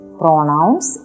pronouns